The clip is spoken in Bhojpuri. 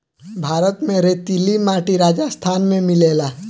भारत में रेतीली माटी राजस्थान में मिलेला